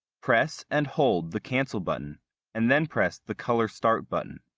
press and hold the cancel button and then press the color start button.